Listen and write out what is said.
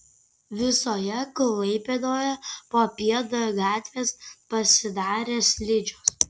visoje klaipėdoje popiet gatvės pasidarė slidžios